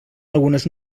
algunes